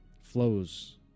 flows